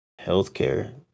healthcare